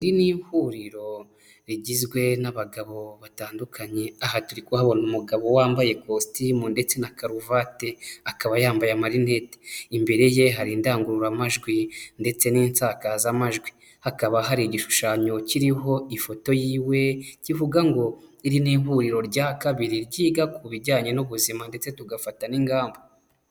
Iri ni huriro rigizwe n'abagabo batandukanye aha turikuhabona umugabo wambaye kositimu ndetse na karuvate akaba yambaye amarinete imbere ye hari indangururamajwi ndetse n'insakazamajwi hakaba hari igishushanyo kiriho ifoto yiwe kivuga ngo iri ni ihuriro rya kabiri ryiga ku bijyanye n'ubuzima ndetse tugafata n'ingamba.